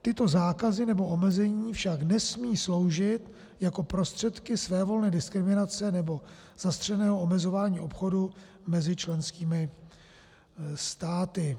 Tyto zákazy nebo omezení však nesmí sloužit jako prostředky svévolné diskriminace nebo zastřeného omezování obchodu mezi členskými státy.